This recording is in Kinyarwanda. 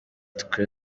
twe